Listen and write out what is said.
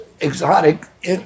exotic